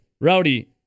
Rowdy